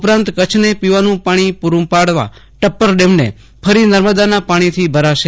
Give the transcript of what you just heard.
ઉપરાંત કચ્છને પોવાનું પાણી પુરૂં પાડવા ટપ્પર ડેમને ફરી નર્મદાના પાણીથી ભરાશે